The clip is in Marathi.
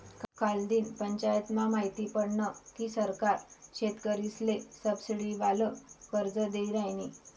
कालदिन पंचायतमा माहिती पडनं की सरकार शेतकरीसले सबसिडीवालं कर्ज दी रायनी